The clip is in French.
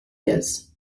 gaz